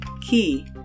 key